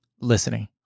Listening